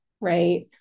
right